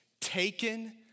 taken